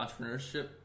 entrepreneurship